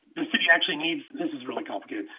the city actually needs, this is really complicated.